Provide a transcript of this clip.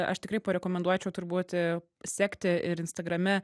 aš tikrai parekomenduočiau turbūti sekti ir instagrame